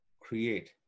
create